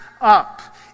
up